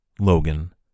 Logan